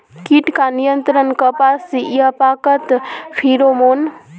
कीट का नियंत्रण कपास पयाकत फेरोमोन?